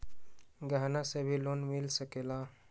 गहना से भी लोने मिल सकेला?